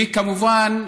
וכמובן,